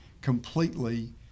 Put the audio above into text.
completely